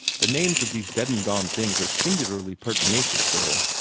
the names of these dead-and-gone things are singularly pertinacious, though.